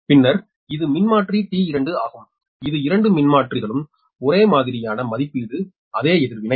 பின்னர் இது மின்மாற்றி T2 ஆகும் இது இரண்டு மின்மாற்றிகளும் ஒரே மாதிரியான மதிப்பீடு அதே எதிர்வினை